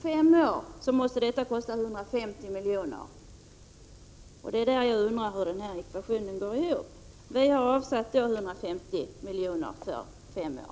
För fem år måste det kosta 150 milj.kr. Det är där jag undrar hur ekvationen går ihop. Vi har avsatt 150 milj.kr. för fem år.